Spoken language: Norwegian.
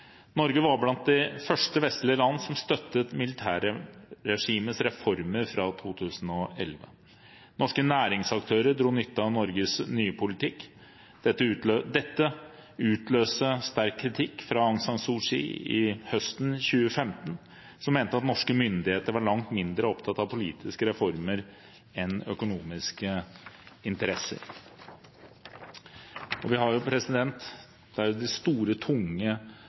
Norge var blant de første vestlige land som støttet militærregimets reformer fra 2011. Norske næringsaktører dro nytte av Norges nye politikk. Dette utløste høsten 2015 sterk kritikk fra Aung San Suu Kyi, som mente at norske myndigheter var langt mindre opptatt av politiske reformer enn av økonomiske interesser. Det er jo store, tunge bedrifter som er involvert i Myanmar, som Telenor, Statoil og Statkraft. Det